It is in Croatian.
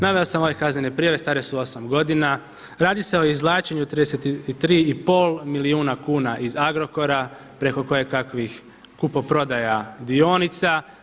Naveo sam ove kaznene prijave stare su osam godina radi se o izvlačenju 33 i pol milijuna kuna iz Agrokora preko kojekakvih kupoprodaja dionica.